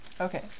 Okay